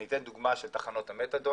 אני אתן דוגמה של תחנות המתדון,